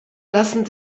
lassen